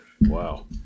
Wow